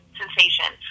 sensation